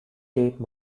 tape